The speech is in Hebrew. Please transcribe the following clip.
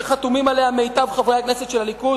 שחתומים עליה מיטב חברי הכנסת של הליכוד?